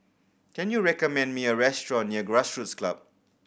can you recommend me a restaurant near Grassroots Club